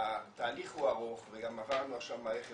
התהליך הוא ארוך וגם עברנו עכשיו מערכת